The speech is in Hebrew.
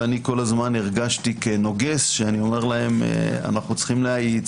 ואני כל הזמן הרגשתי כנוגס שאומר להם: אנחנו צריכים להאיץ,